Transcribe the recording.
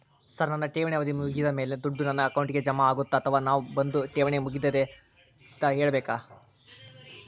Sir ನನ್ನ ಠೇವಣಿ ಅವಧಿ ಮುಗಿದಮೇಲೆ, ದುಡ್ಡು ನನ್ನ ಅಕೌಂಟ್ಗೆ ಜಮಾ ಆಗುತ್ತ ಅಥವಾ ನಾವ್ ಬಂದು ಠೇವಣಿ ಅವಧಿ ಮುಗದೈತಿ ಅಂತ ಹೇಳಬೇಕ?